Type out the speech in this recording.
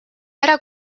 ära